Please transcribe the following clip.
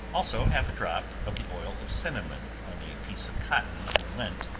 also half a drop of the oil of cinnamon, on a piece of cotton or lint,